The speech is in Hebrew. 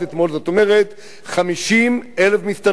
זאת אומרת 50,000 מסתננים,